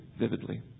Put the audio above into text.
vividly